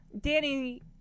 Danny